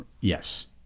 Yes